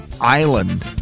island